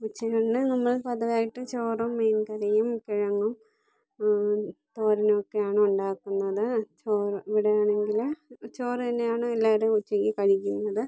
ഉച്ച ഊണിന് നമ്മൾ പൊതുവായിട്ട് ചോറും മീൻ കറിയും കിഴങ്ങും തോരനും ഒക്കെയാണ് ഉണ്ടാക്കുന്നത് ചോറ് ഇവിടെയാണെങ്കിൽ ചോറ് തന്നെയാണ് എല്ലാവരും ഉച്ചക്ക് കഴിക്കുന്നത്